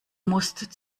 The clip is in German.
musst